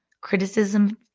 criticism